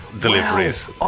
deliveries